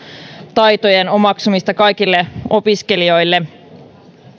taitojen omaksumista kaikille opiskelijoille